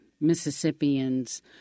Mississippians